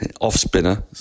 Off-spinner